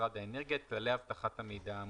במשרד האנרגיה את כללי אבטחת המידע האמורים.